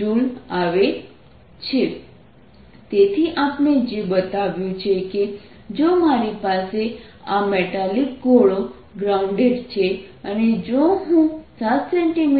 0 Joules તેથી આપણે જે બતાવ્યું છે કે જો મારી પાસે આ મેટાલિક ગોળો ગ્રાઉન્ડેડ છે અને જો હું 7 cm